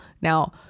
Now